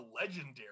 legendary